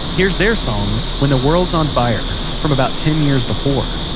here's their song, when the world's on fire, from about ten years before